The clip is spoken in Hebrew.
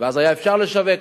ואז היה אפשר לשווק.